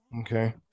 Okay